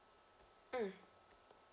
mm